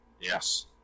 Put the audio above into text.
Yes